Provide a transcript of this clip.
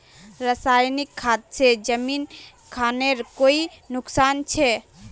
रासायनिक खाद से जमीन खानेर कोई नुकसान छे?